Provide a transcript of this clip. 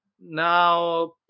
Now